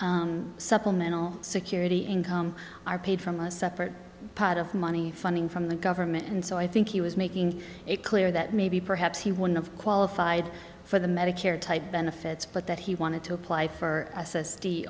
disability supplemental security income are paid from a separate part of money funding from the government and so i think he was making it clear that maybe perhaps he wouldn't have qualified for the medicare type benefits but that he wanted to apply for